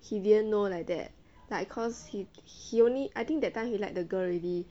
he didn't know like that like cause he he only I think that time he like the girl already